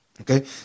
okay